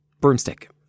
broomstick